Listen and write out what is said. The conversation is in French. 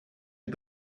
est